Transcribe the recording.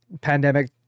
Pandemic